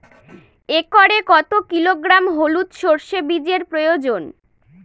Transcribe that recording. একরে কত কিলোগ্রাম হলুদ সরষে বীজের প্রয়োজন?